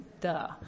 duh